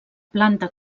planta